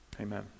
Amen